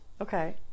Okay